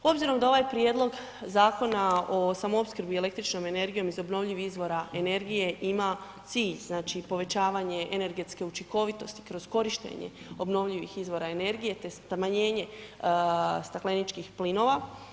Obzirom da ovaj Prijedlog zakona o samoopskrbi električnom energijom iz obnovljivih izvora energije ima cilj znači povećavanje energetske učinkovitosti kroz korištenje obnovljivih izvora energije te ... stakleničkih plinova.